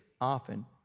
often